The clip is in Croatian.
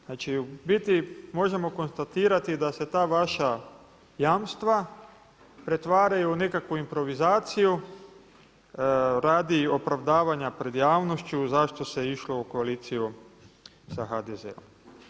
Znači u biti možemo konstatirati da se ta vaša jamstva pretvaraju u nekakvu improvizaciju radi opravdavanja pred javnošću zašto se išlo u koaliciju sa HDZ-om.